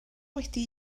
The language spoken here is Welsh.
wedi